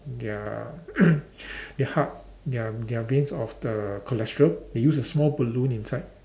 their their heart their their veins of the cholesterol they use a small balloon inside